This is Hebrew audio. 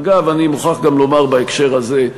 אגב, אני מוכרח גם לומר בהקשר הזה,